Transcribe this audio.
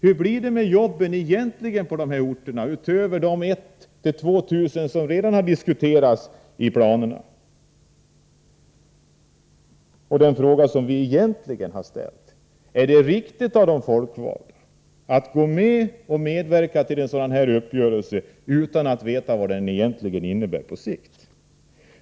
Hur blir det med jobben på de här orterna utöver de 1 000-2 000 som redan har diskuterats i planen? Den fråga som vi framför allt har ställt lyder: Är det riktigt av de folkvalda att medverka till en sådan här uppgörelse utan att veta vad den egentligen innebär på sikt?